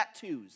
tattoos